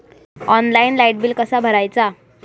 Online light bill कसा भरायचा?